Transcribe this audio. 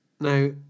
Now